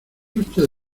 usted